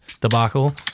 debacle